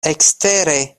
ekstere